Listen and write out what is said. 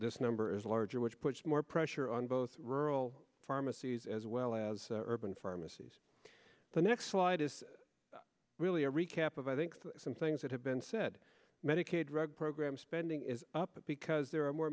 this number is larger which puts more pressure on both rural pharmacies as well as urban pharmacies the next slide is really a recap of i think some things that have been said medicaid drug program spending is up because there are more